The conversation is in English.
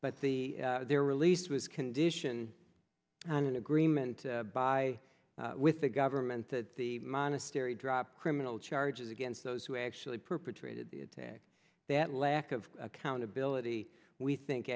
but the their release was condition and an agreement by with the government to the monastery drop criminal charges against those who actually perpetrated the attack that lack of accountability we think